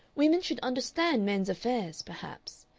women should understand men's affairs, perhaps,